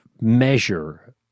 measure